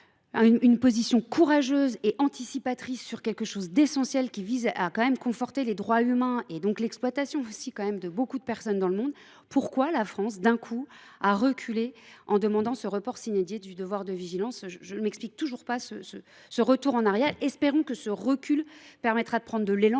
une position courageuse et anticipatrice sur quelque chose d'essentiel qui vise à quand même conforter les droits humains et donc l'exploitation aussi quand même de beaucoup de personnes dans le monde, pourquoi la France, d'un coup, a reculé en demandant ce report synédié du devoir de vigilance ? Je ne m'explique toujours pas Ce retour en arrière, espérons que ce recul permettra de prendre de l'élan